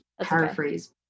paraphrase